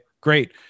great